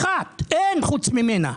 אין חוץ ממנה.